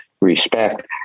respect